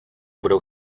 budou